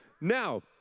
Now